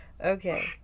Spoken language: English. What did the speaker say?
Okay